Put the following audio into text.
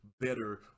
better